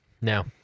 Now